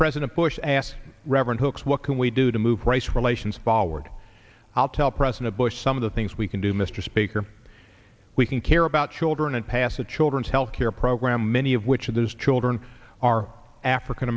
president bush asked reverend hooks what can we do to move race relations followers i'll tell president bush some of the things we can do mr speaker we can care about children and pass the children's health care program many of which of those children are african